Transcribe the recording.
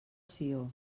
sió